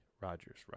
Rogers